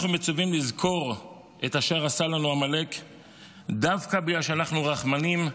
אנחנו מצווים לזכור את אשר עשה לנו עמלק דווקא בגלל שאנחנו רחמנים,